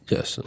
Yes